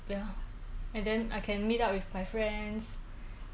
and then we every morning go do the the 广场舞蹈